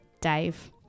Dave